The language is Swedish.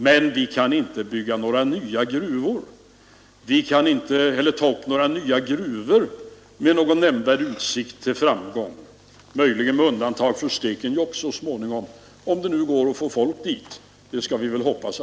Men vi kan inte ta upp några nya gruvor med någon nämnvärd utsikt till framgång, möjligen med undantag för Stekenjokk så småningom, om det går att få folk dit, vilket vi hoppas.